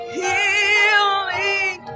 healing